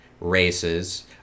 races